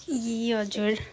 ए हजुर